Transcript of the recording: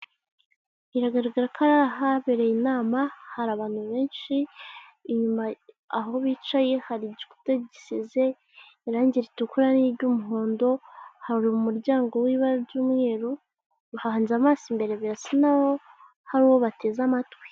Biragaragara ko ari ahabereye inama hari abantu benshi, inyuma aho bicaye hari igikuta gisize irangi ritukura n'iry'umuhondo, hari umuryango w'ibara ry'umweru bahanze amaso imbere, birasa naho hari uwo bateze amatwi.